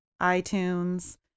iTunes